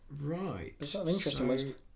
right